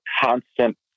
constant